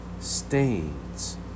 stains